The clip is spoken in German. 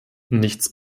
nichts